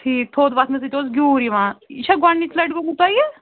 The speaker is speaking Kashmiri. ٹھیٖک تھوٚد وۅتھنہٕ سۭتۍ اوس گیٛوٗر یوان یہِ چھا گۄڈنِچہِ لٹہِ گوٚومُت تۄہہِ